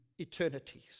eternities